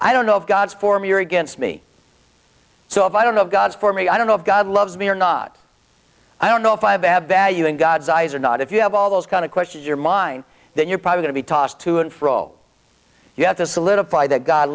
i don't know if god's for me you're against me so if i don't know god for me i don't know if god loves me or not i don't know if i have value in god's eyes or not if you have all those kind of questions your mind that you're probably going to be tossed to and fro you have to solidify that god